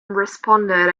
responded